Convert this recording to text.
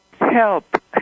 Help